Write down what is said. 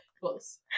Close